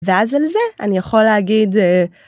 ואז על זה, אני יכול להגיד אה...